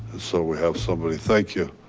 so we have somebody, thank you.